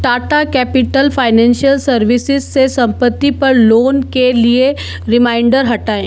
Tata capital financial services से संपत्ति पर लोन के लिए रिमाइंडर हटाएं